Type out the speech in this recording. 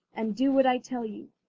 and do what i tell you.